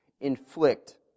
inflict